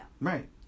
Right